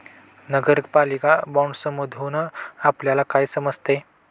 नगरपालिका बाँडसमधुन आपल्याला काय समजते?